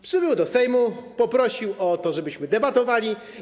Przybył do Sejmu, poprosił o to, żebyśmy debatowali.